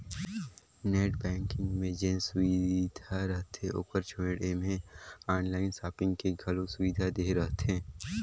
net banking मे जेन सुबिधा रहथे ओकर छोयड़ ऐम्हें आनलाइन सापिंग के घलो सुविधा देहे रहथें